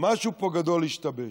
משהו פה גדול השתבש.